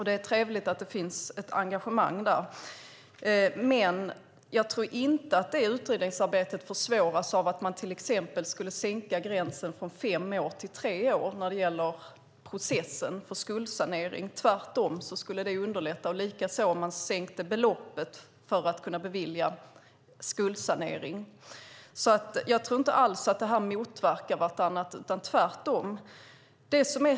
Det är trevligt att det finns ett engagemang där. Jag tror inte att det utredningsarbetet försvåras av att man till exempel sänker gränsen från fem år till tre år när det gäller processen för skuldsanering. Det skulle tvärtom underlätta. Likaså om man sänkte beloppet för att bevilja skuldsanering. Jag tror inte alls att detta motverkar varandra utan tvärtom.